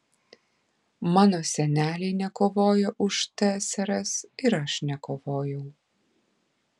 mano seneliai nekovojo už tsrs ir aš nekovojau